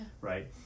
right